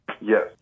yes